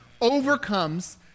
overcomes